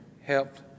Helped